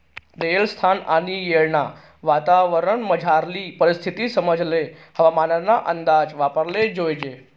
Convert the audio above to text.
देयेल स्थान आणि येळना वातावरणमझारली परिस्थिती समजाले हवामानना अंदाज वापराले जोयजे